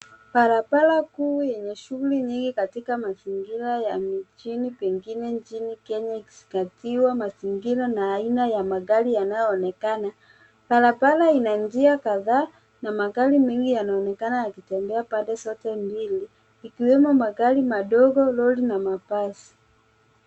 Barabara kuu yenye shughuli nyingi katika mazingira ya mijini pengine nchini Kenya ikizingatiwa mazingira na aina ya magari yanayoonekana .Barabara ina njia kadhaa na magari mengine yanaonekana yakitembea pande zote mbili ikiwemo magari madogo, lori na mabasi.